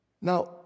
Now